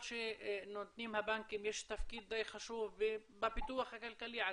שנותנים הבנקים יש תפקיד חשוב בפיתוח הכלכלי עצמו,